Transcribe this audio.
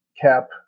cap